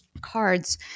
cards